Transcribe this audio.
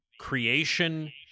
creation